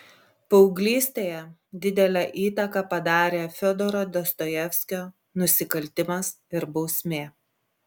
paauglystėje didelę įtaką padarė fiodoro dostojevskio nusikaltimas ir bausmė